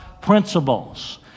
principles